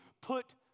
put